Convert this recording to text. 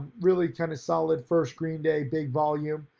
really kind of solid first green day big volume,